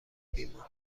بیمار